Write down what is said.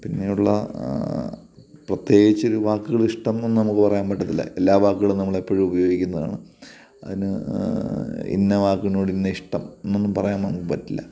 പിന്നെയുള്ള പ്രത്യേകിച്ചൊരു വാക്കുകളിഷ്ടമെന്നൊന്നും നമുക്ക് പറയാൻ പറ്റില്ല എല്ലാ വക്കുകളും നമ്മളെപ്പോഴും ഉപയോഗിക്കുന്നതാണ് അതിന് ഇന്ന വാക്കിനോട് ഇന്ന ഇഷ്ടം എന്നൊന്നും നമുക്ക് പറയാൻ പറ്റില്ല